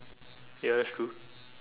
ya that's true